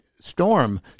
storm